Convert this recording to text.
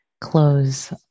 close